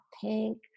pink